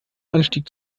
anstieg